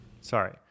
Sorry